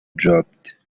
dropped